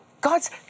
God's